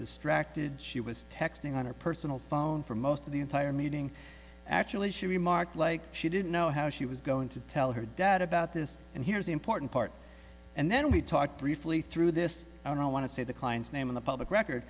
distracted she was texting on her personal phone for most of the entire meeting actually she remarked like she didn't know how she was going to tell her dad about this and here's the important part and then we talked briefly through this i don't want to say the client's name in the public record